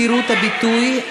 חירות הביטוי),